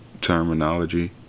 terminology